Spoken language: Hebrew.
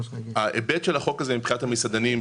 ההיבט של החוק הזה מבחינת המסעדנים,